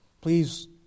please